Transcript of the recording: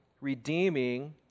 redeeming